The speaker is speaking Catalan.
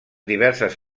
diverses